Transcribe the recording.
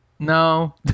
No